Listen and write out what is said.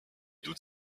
toute